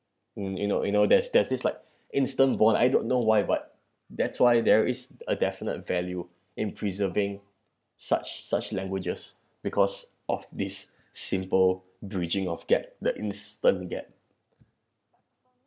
and you know you know there's there's this like instant bond I don't know why but that's why there is a definite value in preserving such such languages because of this simple bridging of gap the instant gap